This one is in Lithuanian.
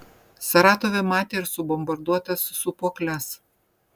saratove matė ir subombarduotas sūpuokles